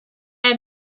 had